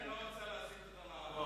אני לא רוצה להצית את הלהבות,